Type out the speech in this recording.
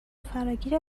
فراگیر